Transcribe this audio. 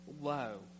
Low